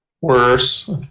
worse